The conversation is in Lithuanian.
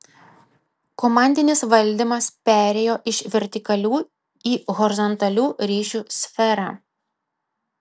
komandinis valdymas perėjo iš vertikalių į horizontalių ryšių sferą